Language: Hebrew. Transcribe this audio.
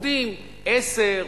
עובדים 10,